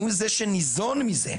הוא זה שניזון מזה.